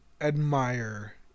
admire